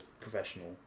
professional